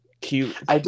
cute